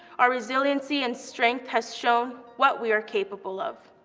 our resiliency and strength has shown what we are capable of.